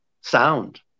sound